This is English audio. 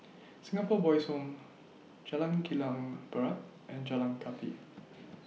Singapore Boys' Home Jalan Kilang Barat and Jalan Kathi